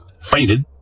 fainted